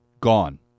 gone